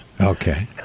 Okay